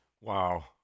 Wow